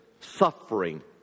suffering